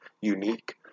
unique